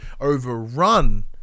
overrun